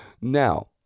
Now